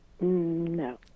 No